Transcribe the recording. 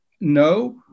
no